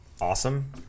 awesome